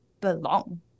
belong